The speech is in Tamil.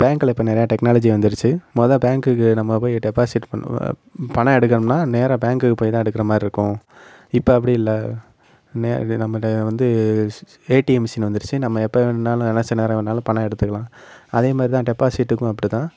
பேங்க்ல இப்போ நிறைய டெக்னலாஜி வந்துடுச்சு முத பேங்க்குக்கு நம்ம போய் பெப்சிட் பண்ணணும் பணம் எடுக்கணும்னால் நேராக பேங்க்குக்கு போய் தான் எடுக்கிற மாதிரி இருக்கும் இப்போ அப்படி இல்லை நே இது நம்மளே வந்து ஸ் ஏடிஎம் மிஷின் வந்துடுச்சு நம்ம எப்போ வேணும்னாலும் நினச்ச நேரம் வேணாலும் பணம் எடுத்துக்கலாம் அதேமாதிரி தான் டெபாசிட்டுக்கும் அப்படி தான்